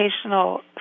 educational